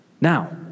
Now